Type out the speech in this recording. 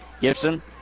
Gibson